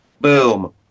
Boom